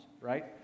right